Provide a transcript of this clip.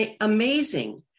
amazing